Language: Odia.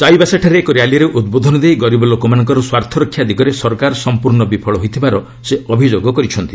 ଚାଇବାସାଠାରେ ଏକ ର୍ୟାଲିରେ ଉଦ୍ବୋଧନ ଦେଇ ଗରିବ ଲୋକମାନଙ୍କର ସ୍ୱାର୍ଥରକ୍ଷା ଦିଗରେ ସରକାର ସମ୍ପର୍ଶ୍ଣ ବିଫଳ ହୋଇଥିବାର ସେ ଅଭିଯୋଗ କରିଛନ୍ତି